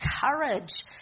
courage